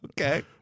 Okay